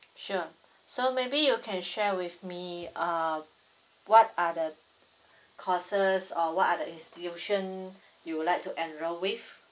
sure so maybe you can share with me um what are the courses or what are the institution you would like to enroll with